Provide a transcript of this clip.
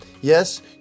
Yes